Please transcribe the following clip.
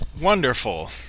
Wonderful